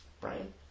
Brian